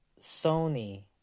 Sony